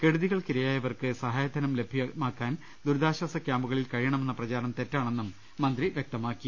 കെടുതികൾക്ക് ഇരയായവർക്ക് സഹായ ധനം ലഭിക്കാൻ ദുരി താശ്വാസ കൃാമ്പുകളിൽ കഴിയണമെന്ന പ്രചാരണം തെറ്റാണെന്നും മന്ത്രി വൃക്തമാക്കി